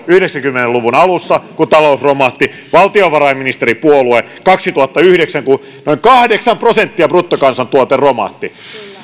yhdeksänkymmentä luvun alussa kun talous romahti valtiovarainministeripuolue kaksituhattayhdeksän kun noin kahdeksan prosenttia bruttokansantuote romahti